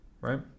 Right